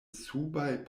subaj